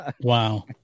Wow